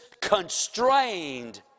constrained